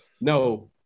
No